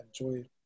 enjoy